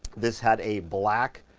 this had a black,